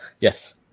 yes